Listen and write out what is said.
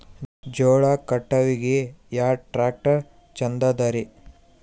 ಜೋಳ ಕಟಾವಿಗಿ ಯಾ ಟ್ಯ್ರಾಕ್ಟರ ಛಂದದರಿ?